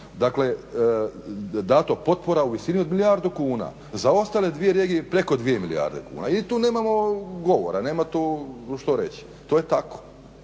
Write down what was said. rekao dato potpora od milijardu kuna. za ostale dvije regije preko dvije milijarde kuna i tu nema govora nema tu što reći, to je tako.